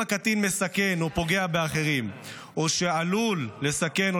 אם הקטין מסכן או פוגע באחרים או שעלול לסכן או